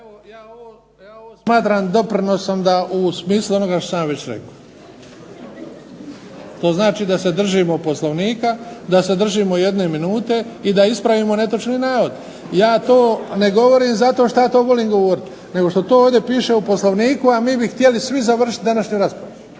Ja ovo smatram doprinosom da u smislu onoga što sam već rekao. To znači da se držimo Poslovnika, da se držimo jedne minute i da ispravimo netočni navod. Ja to ne govorim zato što ja to volim govoriti, nego što to piše u Poslovniku, a mi bi htjeli svi završiti današnju raspravu